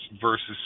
versus